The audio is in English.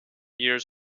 years